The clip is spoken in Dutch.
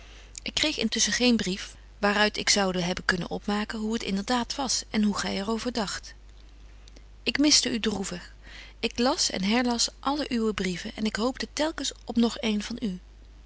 ik kreeg intusschen geen brief waar uit ik zoude hebben kunnen opmaken hoe het inderdaad was en hoe gy er over dagt ik miste u droevig ik las en herlas alle uwe brieven en ik hoopte telkens op nog een van u